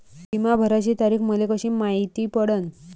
बिमा भराची तारीख मले कशी मायती पडन?